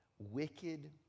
Wicked